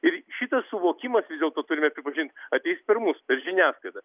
ir šitas suvokimasvis dėlto turime pripažint ateis per mūs per žiniasklaidą